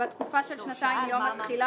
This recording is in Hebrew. "בתקופה של שנתיים מיום התחילה,